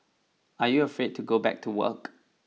are you afraid to go back to work